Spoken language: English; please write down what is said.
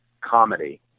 comedy